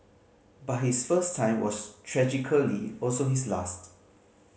but his first time was tragically also his last